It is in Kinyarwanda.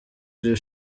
iri